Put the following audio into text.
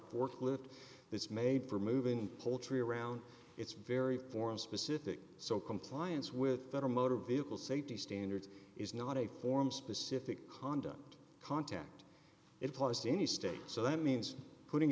forklift it's made for moving poultry around it's very form specific so compliance with federal motor vehicle safety standards is not a form specific conduct contact it applies to any state so that means putting